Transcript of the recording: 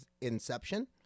inception